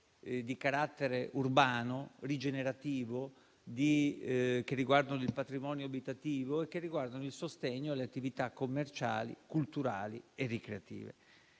di carattere urbano, rigenerativo, che riguardano il patrimonio abitativo e che riguardano il sostegno alle attività commerciali, culturali e ricreative.